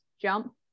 jump